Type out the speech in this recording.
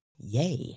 Yay